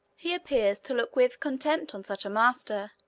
he appears to look with contempt on such a master,